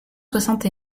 soixante